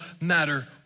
matter